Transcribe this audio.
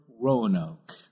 Roanoke